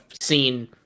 seen